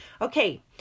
Okay